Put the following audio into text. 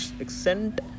accent